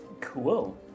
Cool